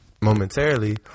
momentarily